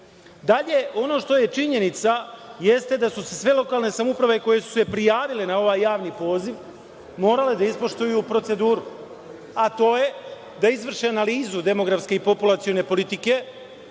Srbije. Dalje, ono što je činjenica jeste da su sve lokalne samouprave koje su se prijavile na ovaj javni poziv morale da ispoštuju proceduru, a to je da izvrše analizu demografske i populacione politike,